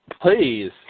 Please